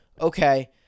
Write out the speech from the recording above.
okay